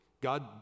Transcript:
God